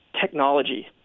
technology